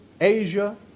Asia